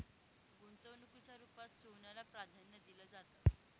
गुंतवणुकीच्या रुपात सोन्याला प्राधान्य दिलं जातं